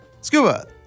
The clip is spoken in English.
Scuba